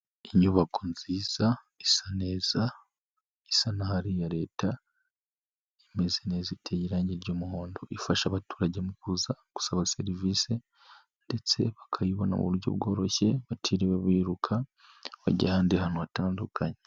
Inyubako nziza isa neza, isanari ya Leta, imeze neza iteye irangi ry'umuhondo, ifasha abaturage mu kuza gusaba serivisi ndetse bakayibona mu buryo bworoshye batiriwe biruka bajya ahandi hantu hatandukanye.